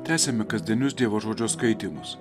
tęsiame kasdienius dievo žodžio skaitymus